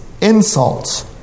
insults